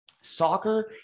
Soccer